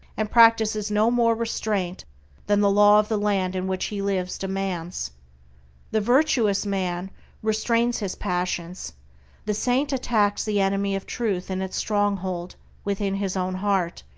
and practices no more restraint than the law of the land in which he lives demands the virtuous man restrains his passions the saint attacks the enemy of truth in its stronghold within his own heart,